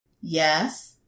Yes